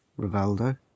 Rivaldo